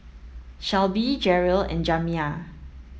Shelbie Jerrell and Jamiya